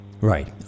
Right